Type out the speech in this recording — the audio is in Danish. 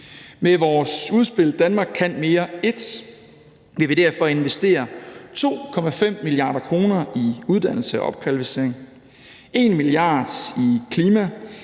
Med vores udspil »Danmark kan mere 1« vil vi derfor investere 2,5 mia. kr. i uddannelse og opkvalificering, 1 mia. kr. i